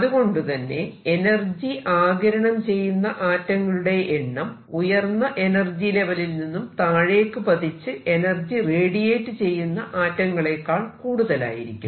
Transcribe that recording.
അതുകൊണ്ടു തന്നെ എനർജി ആഗിരണം ചെയ്യുന്ന ആറ്റങ്ങളുടെ എണ്ണം ഉയർന്ന എനർജി ലെവലിൽ നിന്നും താഴേക്ക് പതിച്ച് എനർജി റേഡിയേറ്റ് ചെയ്യുന്ന ആറ്റങ്ങളെക്കാൾ കൂടുതലായിരിക്കും